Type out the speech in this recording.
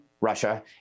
Russia